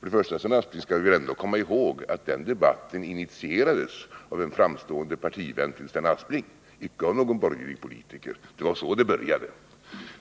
Först och främst, Sven Aspling, skall vi komma ihåg att den debatten initierades av en framstående partivän till Sven Aspling, icke av någon borgerlig politiker. Det var så det började.